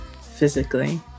physically